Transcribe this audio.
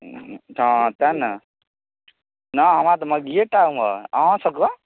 हँ तेँ ने नहि हमरा तऽ मघिएटा अहाँ सबके